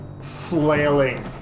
flailing